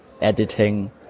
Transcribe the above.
editing